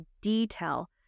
detail